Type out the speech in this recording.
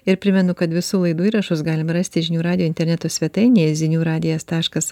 ir primenu kad visų laidų įrašus galima rasti žinių radijo interneto svetainėje zinių radijas taškas